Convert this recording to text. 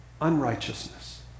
unrighteousness